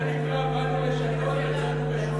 עדי, תשמעי לי ואל תצביעי בעד.